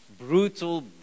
Brutal